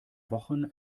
wochen